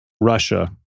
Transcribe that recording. Russia